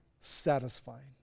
satisfying